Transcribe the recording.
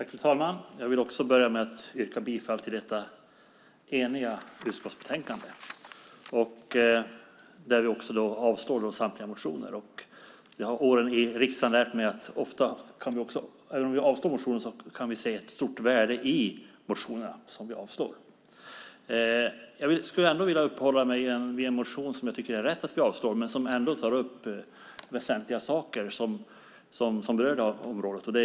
Fru talman! Också jag yrkar bifall till utskottets förslag i det eniga betänkandet. Vi avslår där samtliga motioner. Åren i riksdagen har lärt mig att även om vi avslår motioner kan vi ofta se ett stort värde i dem. Jag skulle vilja uppehålla mig vid en motion som jag tycker att det är rätt att vi avslår, men där ändå väsentliga saker som berör det här området tas upp.